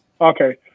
Okay